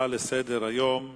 אנחנו עוברים להצעות לסדר-היום מס'